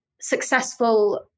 successful